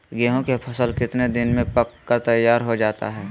गेंहू के फसल कितने दिन में पक कर तैयार हो जाता है